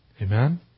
Amen